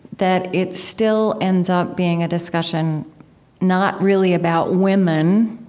that it still ends up being a discussion not really about women,